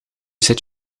zit